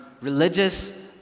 religious